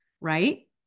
right